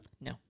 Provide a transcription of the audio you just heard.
No